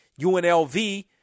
UNLV